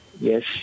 Yes